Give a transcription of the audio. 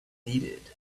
needed